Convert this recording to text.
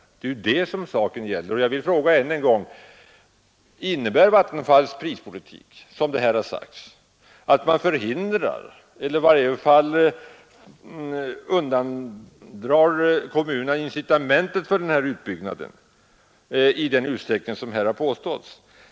Det är detta saken gäller, och jag vill än en gång fråga: Innebär Vattenfalls prispolitik att man undandrar kommunerna incitamenten för denna utbyggnad i den utsträckning som det här har påståtts?